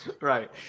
Right